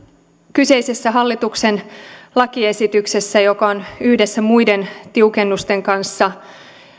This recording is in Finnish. kyseisessä hallituksen lakiesityksessä joka on yhdessä muiden tiukennusten kanssa